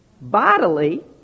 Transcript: Bodily